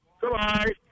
Goodbye